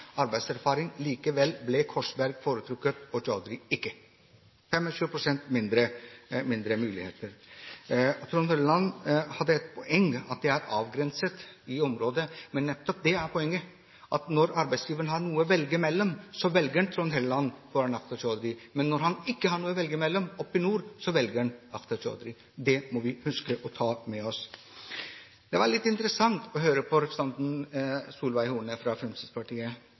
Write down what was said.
arbeidserfaring. Likevel ble Korsberg foretrukket og Chaudhry ikke – 25 pst. mindre muligheter. Trond Helleland hadde et poeng angående et avgrenset område. Nettopp det er poenget: Når arbeidsgiveren har noen å velge mellom, velger han Trond Helleland framfor Akhtar Chaudhry. Men når han ikke har noen å velge mellom oppe i nord, velger han Akhtar Chaudhry. Det må vi huske og ta med oss. Det var litt interessant å høre på representanten Solveig Horne fra Fremskrittspartiet.